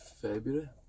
February